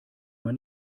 man